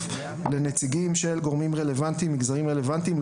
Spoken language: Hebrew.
לנציגים של גורמים ומגזרים רלוונטיים.